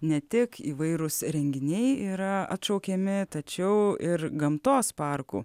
ne tik įvairūs renginiai yra atšaukiami tačiau ir gamtos parkų